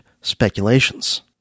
speculations